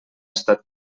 estat